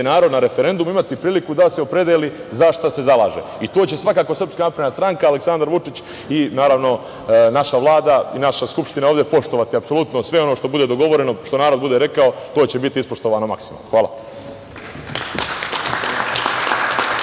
narod na referendumu imati priliku da se opredeli za šta se zalaže. I to će svakako SNS, Aleksandar Vučić i, naravno, naša Vlada i naša Skupština ovde apsolutno poštovati, sve ono što bude dogovoreno, što narod bude rekao, to će biti ispoštovano maksimalno. Hvala.